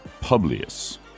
Publius